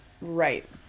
Right